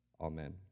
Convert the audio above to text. Amen